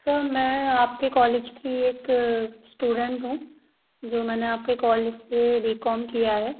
sir मैं आपके college की एक स्टूडेंट हूँ जो मैंने आपके कॉलेज से बी कॉम किया है